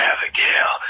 Abigail